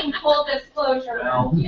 and full ah disclosure.